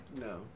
No